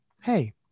Hey